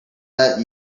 let